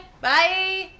Bye